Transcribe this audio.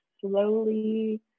slowly